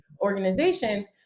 organizations